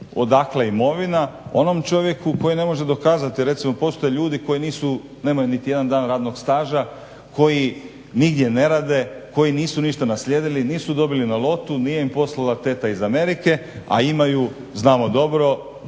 odakle je imovina onom čovjeku koji ne može dokazati recimo postoje ljudi koji nisu nemaju niti jedan dan radnog staža koji nigdje ne rade, koji ništa nisu naslijedili, nisu dobili na lotu, nije poslala teta iz Amerike, a imaju znamo dobro